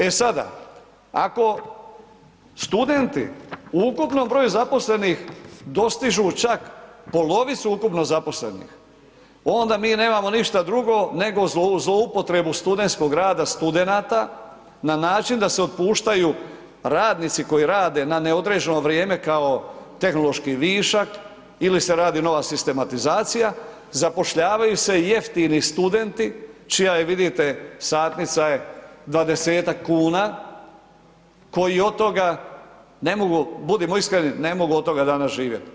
E sada, ako studenti u ukupnom broju zaposlenih dostižu čak polovicu ukupno zaposlenih, onda mi nemamo ništa drugo nego zloupotrebu studentskog rada studenata na način da se otpuštaju radnici koji rade na neodređeno vrijeme kao tehnološki višak ili se radi nova sistematizacija, zapošljavaju se jeftini studenti čija je, vidite, satnica je 20-tak kuna koji od toga ne mogu, budimo iskreni, ne mogu od toga danas živjeti.